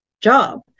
job